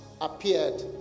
appeared